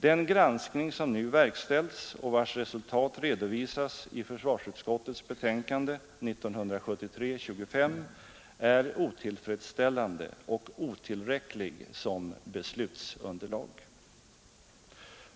Den granskning som nu verkställts och vars resultat redovisas i försvarsutskottets betänkande nr 25 är otillfredsställande och otillräcklig som beslutsunderlag.